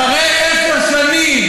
אחרי עשר שנים,